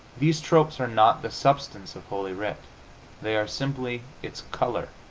these tropes are not the substance of holy writ they are simply its color.